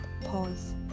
pause